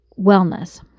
Wellness